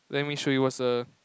let me sure you what's err